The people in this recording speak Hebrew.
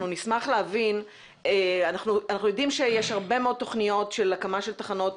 אנחנו יודעים שיש הרבה מאוד תוכניות של הקמה של תחנות